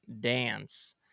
dance